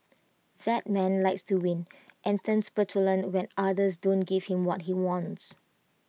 that man likes to win and turns petulant when others don't give him what he wants